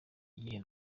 gihe